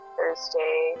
Thursday